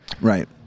Right